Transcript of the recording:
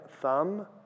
thumb